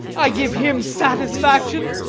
i give him satisfaction?